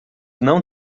não